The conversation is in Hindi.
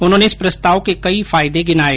उन्होंने इस प्रस्ताव के कई फायदे गिनाए